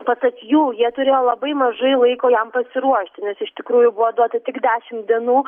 pasak jų jie turėjo labai mažai laiko jam pasiruošti nes iš tikrųjų buvo duota tik dešim dienų